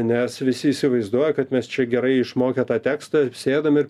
nes visi įsivaizduoja kad mes čia gerai išmokę tą tekstą sėdam ir